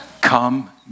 Come